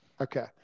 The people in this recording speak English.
Okay